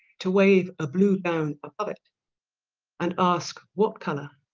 to wave a blue gown above it and ask what color